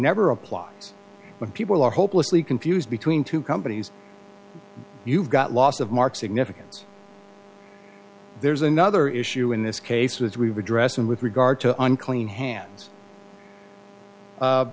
never applies but people are hopelessly confused between two companies you've got loss of mark significance there's another issue in this case which we've addressed and with regard to unclean hands